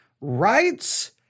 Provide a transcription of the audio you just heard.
Rights